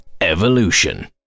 Evolution